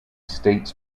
states